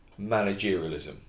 managerialism